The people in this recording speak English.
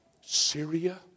Syria